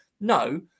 No